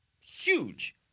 huge